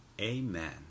Amen